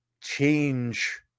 change